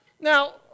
Now